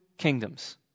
kingdoms